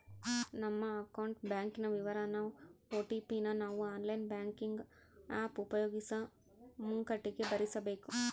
ನಮ್ಮ ಅಕೌಂಟ್ ಬ್ಯಾಂಕಿನ ವಿವರಾನ ಓ.ಟಿ.ಪಿ ನ ನಾವು ಆನ್ಲೈನ್ ಬ್ಯಾಂಕಿಂಗ್ ಆಪ್ ಉಪಯೋಗಿಸೋ ಮುಂಕಟಿಗೆ ಭರಿಸಬಕು